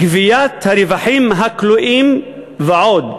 גביית הרווחים הכלואים ועוד.